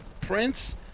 Prince